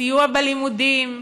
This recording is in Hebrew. סיוע בלימודים,